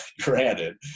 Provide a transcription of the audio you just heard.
granted